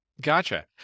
Gotcha